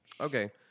okay